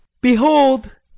Behold